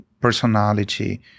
personality